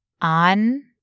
on